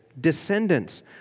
descendants